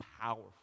powerful